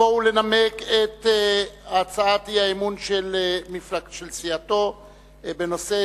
לבוא ולנמק את הצעת האי-אמון של סיעתו בנושא